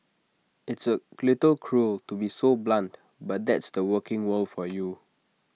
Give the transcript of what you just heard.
it's A little cruel to be so blunt but that's the working world for you